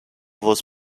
was